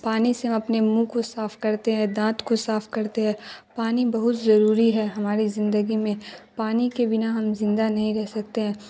پانی سے ہم اپنے منہ کو صاف کرتے ہے دانت کو صاف کرتے ہے پانی بہت ضروری ہے ہماری زندگی میں پانی کے بنا ہم زندہ نہیں رہ سکتے ہیں